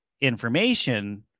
information